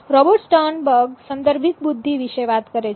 Robert Sternberg સંદર્ભિત બુદ્ધિ વિશે વાત કરે છે